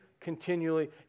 continually